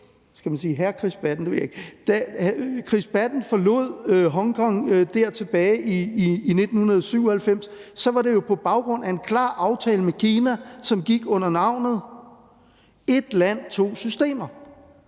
ved jeg ikke – forlod Hongkong tilbage i 1997, var det jo på baggrund af en klar aftale med Kina, som gik under navnet ét land, to systemer,